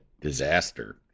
disaster